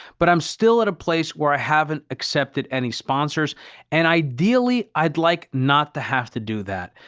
but i'm still at a place where i haven't accepted any sponsors and ideally, i'd like not to have to do that.